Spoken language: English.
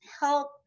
help